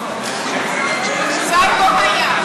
שר לא היה.